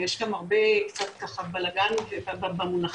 יש גם הרבה בלגן במונחים,